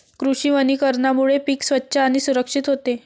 कृषी वनीकरणामुळे पीक स्वच्छ आणि सुरक्षित होते